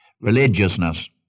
religiousness